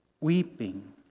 weeping